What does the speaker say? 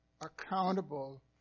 accountable